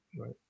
Right